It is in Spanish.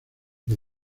que